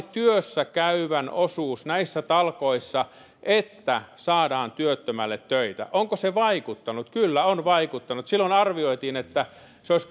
työssä käyvän osuus näissä talkoissa että saadaan työttömälle töitä onko se vaikuttanut kyllä on vaikuttanut silloin arvioitiin että se olisi